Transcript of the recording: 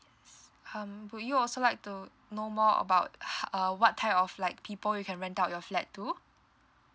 yes um would you also like to know more about h~ uh what type of like people you can rent out your flat to